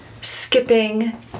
skipping